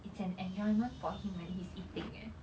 it's an enjoyment for him when he's eating eh